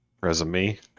Resume